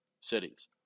cities